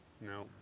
No